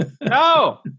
No